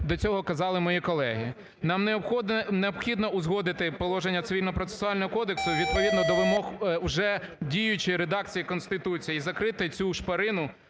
до цього казали мої колеги. Нам необхідно узгодити положення Цивільного процесуального кодексу відповідно до вимог вже діючої редакції Конституції і закрити цю шпарину